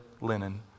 linen